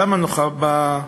למה היא נוחה במערכת?